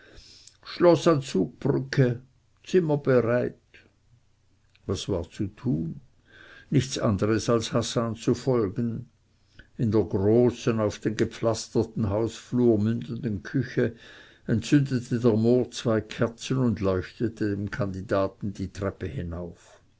schloß an zugbrücke zimmer bereit was war zu tun nichts anderes als hassan zu folgen in der großen auf den gepflasterten hausflur mündenden küche entzündete der mohr zwei kerzen und leuchtete dem kandidaten die treppe hinauf